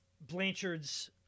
Blanchard's